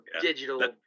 digital